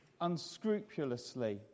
unscrupulously